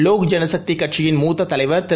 லோக் ஜனசக்தி கட்சியின் மூத்த தலைவர் திரு